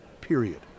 period